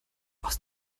aus